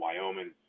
Wyoming